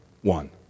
one